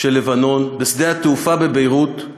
של לבנון, בשדה-התעופה בביירות,